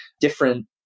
different